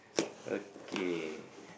okay